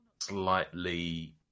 slightly